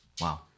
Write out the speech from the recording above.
Wow